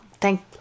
Thank